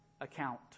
account